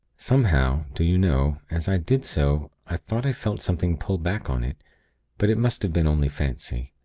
somehow, do you know, as i did so, i thought i felt something pull back on it but it must have been only fancy.